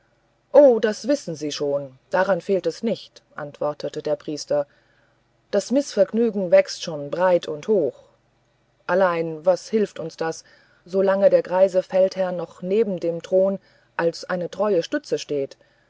o das wissen sie schon daran fehlt es nicht antwortete der priester das mißvergnügen wächst schon breit und hoch allein was hilft uns das solange der greise feldherr noch neben dem thron als eine treue stütze steht